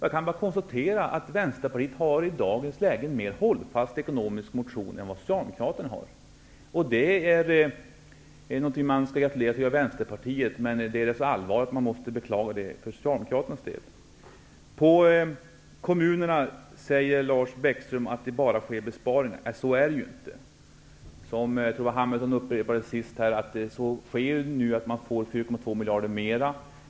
Jag kan bara konstatera att Vänsterpartiet i dagsläget har en hållfastare ekonomisk motion än Socialdemokraterna. Det är bara att gratulera Vänsterpartiet. Däremot är det allvarligt att jag måste beklaga Lars Bäckström säger att besparingarna bara skall göras i kommunerna. Så är det inte. Jag tror att det var Carl B Hamilton som sade att de får 4,2 miljarder mera.